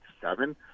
seven